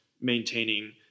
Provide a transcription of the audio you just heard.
maintaining